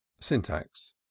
Syntax